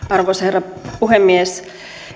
arvoisa herra puhemies